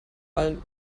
allen